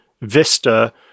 vista